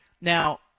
Now